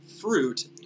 fruit